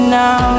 now